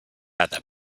other